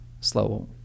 slow